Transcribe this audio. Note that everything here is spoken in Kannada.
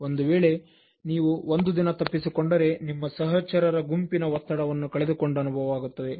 ಒಂದು ವೇಳೆ ನೀವು ಒಂದು ದಿನ ತಪ್ಪಿಸಿಕೊಂಡರೆ ನಿಮ್ಮ ಸಹಚರರ ಗುಂಪಿನ ಒತ್ತಡವನ್ನು ಕಳೆದುಕೊಂಡ ಅನುಭವವಾಗುತ್ತದೆ